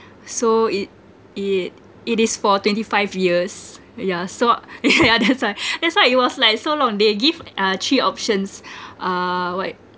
so it it it is for twenty five years yeah so yeah that's why that's why it was like so long they give uh three options uh what